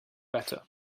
better